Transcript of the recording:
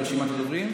חברת הכנסת היבה יזבק,